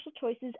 choices